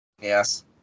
Yes